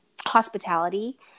hospitality